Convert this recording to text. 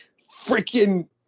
Freaking